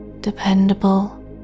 dependable